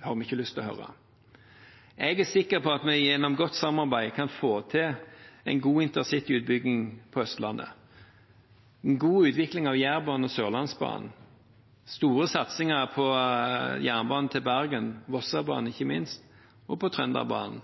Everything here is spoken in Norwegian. har hørt. Jeg er sikker på at vi gjennom godt samarbeid kan få til en god InterCity-utbygging på Østlandet, en god utvikling av Jærbanen og Sørlandsbanen, store satsinger på jernbanen til Bergen, Vossebanen ikke minst, og på Trønderbanen.